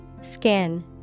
Skin